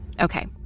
Okay